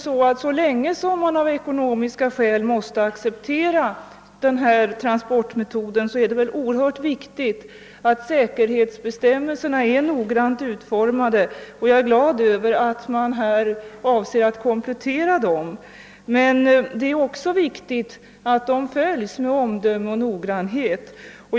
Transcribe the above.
Så länge man av ekonomiska skäl måste acceptera cykeltolkningen är det synnerligen viktigt att säkerhetsbestämmelserna är noggrant utformade, och jag är glad över att man avser att komplettera dem. Men det är också viktigt att bestämmelserna följs med omdöme och noggrannhet.